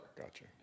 Gotcha